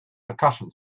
percussion